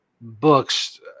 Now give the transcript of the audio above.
books